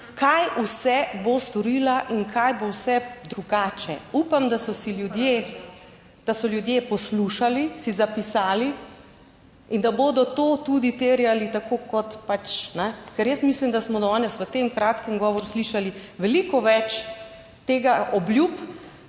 kaj vse bo storila in kaj bo vse drugače. Upam, da so si ljudje, da so ljudje poslušali, si zapisali in da bodo to tudi terjali, tako kot pač ne, ker jaz mislim, da smo danes v tem kratkem govoru slišali veliko več teh obljub,